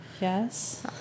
Yes